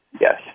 Yes